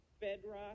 bedrock